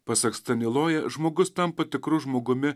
pasak staniloja žmogus tampa tikru žmogumi